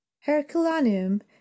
herculaneum